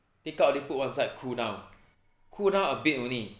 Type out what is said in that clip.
take out already put one side cool down cool down a bit only